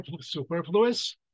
superfluous